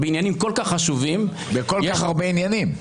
בעבר: אני חושב שהדרך שבה אתם מובילים את